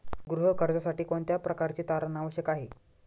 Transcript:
गृह कर्जासाठी कोणत्या प्रकारचे तारण आवश्यक आहे?